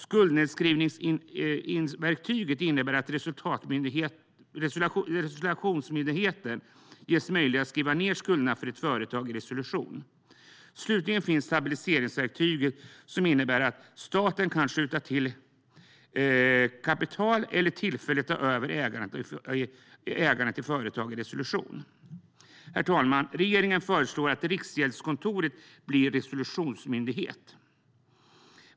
Skuldnedskrivningsverktyget innebär att resolutionsmyndigheten ges möjlighet att skriva ned skulderna för företag i resolution. Slutligen finns stabiliseringsverktyget, som innebär att staten kan skjuta till kapital eller tillfälligt ta över ägandet i företag i resolution. Herr talman! Regeringen föreslår att Riksgäldskontoret blir resolutionsmyndighet.